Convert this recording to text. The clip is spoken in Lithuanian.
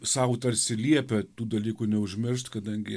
sau tarsi liepia tų dalykų neužmiršt kadangi